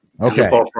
Okay